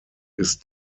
ist